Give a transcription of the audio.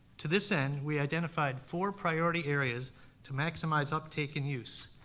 to this end, we identified four priority areas to maximize uptake and use.